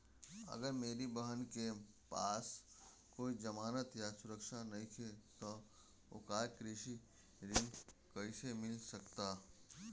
अगर मेरी बहन के पास कोई जमानत या सुरक्षा नईखे त ओकरा कृषि ऋण कईसे मिल सकता?